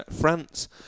France